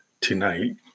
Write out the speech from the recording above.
Tonight